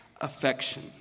affection